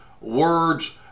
words